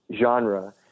genre